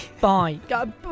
Bye